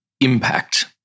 impact